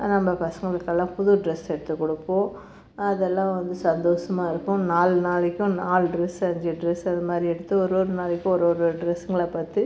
நம்ம பசங்களுக்கெல்லாம் புது ட்ரெஸ்ஸு எடுத்து கொடுப்போம் அதெல்லாம் வந்து சந்தோசமாக இருப்போம் நாலு நாளைக்கும் நாலு ட்ரெஸ்ஸு அஞ்சு ட்ரெஸ்ஸு அது மாதிரி எடுத்து ஒரு ஒரு நாளைக்கும் ஒரு ஒரு ட்ரெஸ்ஸுங்களா பார்த்து